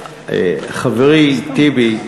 חברי טיבי,